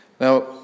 Now